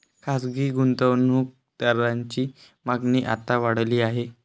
खासगी गुंतवणूक दारांची मागणी आता वाढली आहे